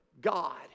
God